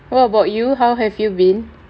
what about you how have you been